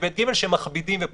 איזה נטל זה מטיל עליכם?